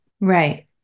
Right